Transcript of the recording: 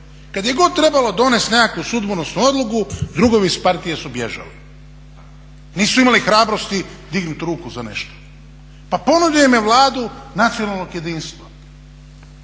Kada je god trebalo donesti nekakvu sudbonosnu ulogu drugovi iz partije su bježali. Nisu imali hrabrosti dignuti ruku za nešto. Pa …/Govornik se ne razumije./… vladu nacionalnog jedinstva,